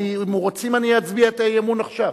אם רוצים אני אצביע את האי-אמון עכשיו.